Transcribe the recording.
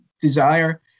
desire